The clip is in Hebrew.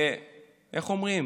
ואיך אומרים,